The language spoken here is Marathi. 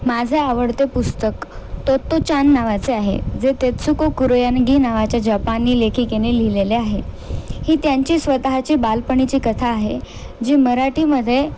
माझं आवडते पुस्तक तोतोचान नावाचे आहे जे तेसुको कुरुयानगी नावाच्या जपानी लेखिकेने लिहिलेले आहे ही त्यांची स्वतःची बालपणीची कथा आहे जी मराठीमध्ये